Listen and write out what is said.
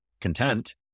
content